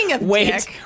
wait